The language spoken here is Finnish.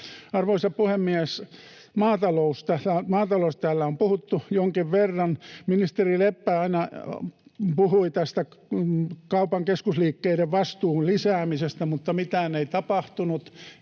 Arvoisa puhemies! Maataloudesta täällä on puhuttu jonkin verran. Ministeri Leppä aina puhui tästä kaupan keskusliikkeiden vastuun lisäämisestä, mutta mitään ei tapahtunut,